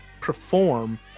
perform